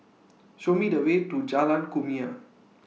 Show Me The Way to Jalan Kumia